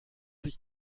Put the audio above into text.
sich